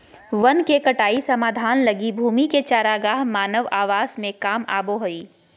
वन के कटाई समाधान लगी भूमि के चरागाह मानव आवास में काम आबो हइ